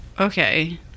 Okay